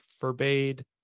forbade